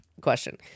question